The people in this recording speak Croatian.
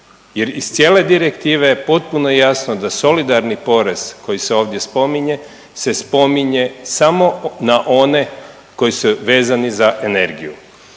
Jer iz cijele direktive potpuno je jasno da solidarni porez koji se ovdje spominje samo na one koji su vezani za energiju.